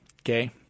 Okay